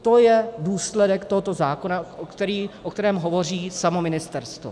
To je důsledek tohoto zákona, o kterém hovoří samo ministerstvo.